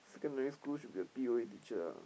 secondary school it should be the P_O_A teacher ah